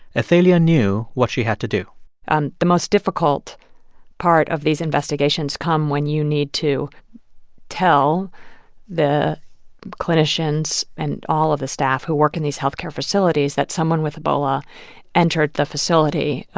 athalia knew what she had to do and the most difficult part of these investigations come when you need to tell the clinicians and all of the staff who work in these health care facilities that someone with ebola entered the facility.